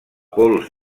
pols